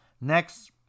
next